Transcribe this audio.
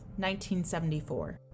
1974